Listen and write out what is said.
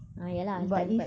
ah ya lah can but